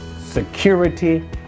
security